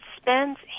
spends